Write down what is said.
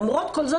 למרות כל זאת,